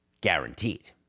Guaranteed